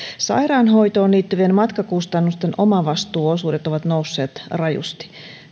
sairaanhoitoon liittyvien matkakustannusten omavastuuosuudet ovat nousseet rajusti